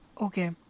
Okay